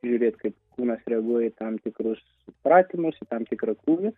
žiūrėt kaip kūnas reaguoja į tam tikrus pratimus į tam tikrą krūvį